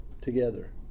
together